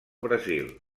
brasil